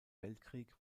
weltkrieg